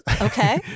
okay